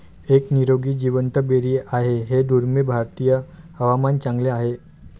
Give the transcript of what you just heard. एक निरोगी जिवंत बेरी आहे हे दुर्मिळ भारतीय हवामान चांगले आहे